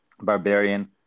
barbarian